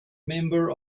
member